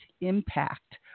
impact